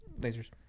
Lasers